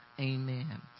Amen